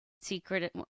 secret